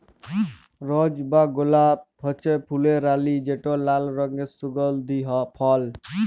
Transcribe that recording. রজ বা গোলাপ হছে ফুলের রালি যেট লাল রঙের সুগল্ধি ফল